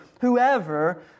whoever